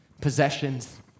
possessions